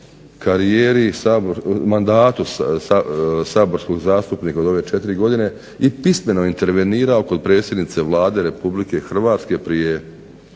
u ovom mandatu saborskog zastupnika u ove četiri godine i pismeno intervenirao kod predsjednice Vlade Republike Hrvatske prije